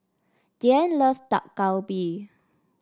Diann loves Dak Galbi